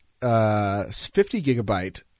50-gigabyte